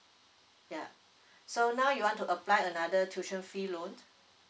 ya so now you want to apply another tuition fee loan